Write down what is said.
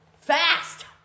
fast